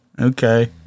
Okay